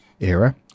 era